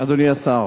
אדוני השר,